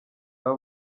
aba